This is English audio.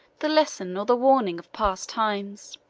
the lesson or the warning of past times.